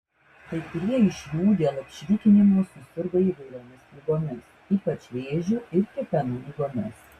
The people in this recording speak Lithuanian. kai kurie iš jų dėl apšvitinimo susirgo įvairiomis ligomis ypač vėžiu ir kepenų ligomis